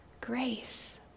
grace